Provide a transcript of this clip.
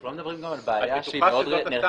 אנחנו לא מדברים גם על בעיה שהיא מאוד נרחבת